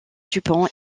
dupont